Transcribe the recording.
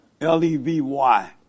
L-E-V-Y